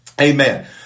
amen